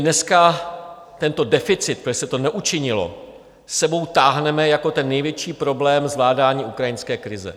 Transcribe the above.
Dneska tento deficit, protože se to neučinilo, s sebou táhneme jako ten největší problém zvládání ukrajinské krize.